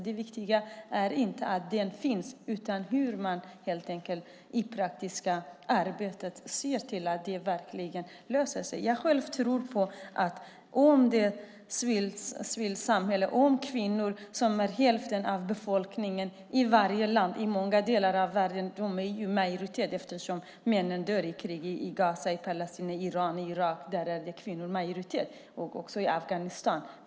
Det viktigaste är inte att de finns utan hur man i det praktiska arbetet ser till att det verkligen löser sig. Jag själv tror på det civila samhället. Kvinnor är hälften av befolkningen i varje land. I många delar av världen är de i majoritet, eftersom männen dör i krig. I Gaza, Palestina, Iran och Irak och också i Afghanistan är kvinnor i majoritet.